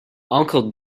uncle